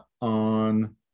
on